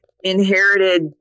inherited